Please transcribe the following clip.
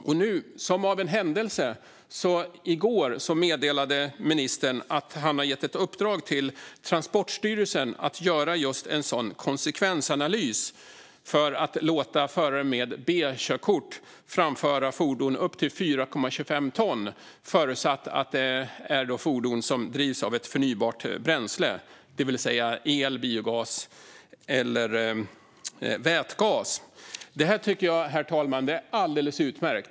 Och nu, som av en händelse, meddelade ministern i går att han har gett ett uppdrag till Transportstyrelsen att göra just en sådan konsekvensanalys för att låta förare med B-körkort framföra fordon på upp till 4,25 ton förutsatt att det är fordon som drivs av ett förnybart bränsle, det vill säga el, biogas eller vätgas. Herr talman! Jag tycker att det här är alldeles utmärkt.